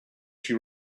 she